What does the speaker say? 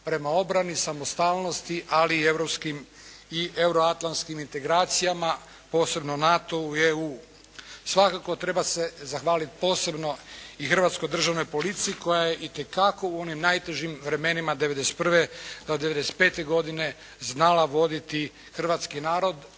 prema obrani, samostalnosti ali i euroatlantskim integracijama, posebno NATO-u i EU. Svakako, treba se zahvaliti posebno i hrvatskoj državnoj policiji koja je i te kako u onim najtežim vremenima od '91. do '95. godine znala voditi hrvatski narod